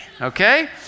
Okay